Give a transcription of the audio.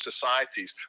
societies